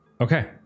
Okay